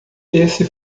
esse